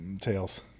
Tails